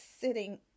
sitting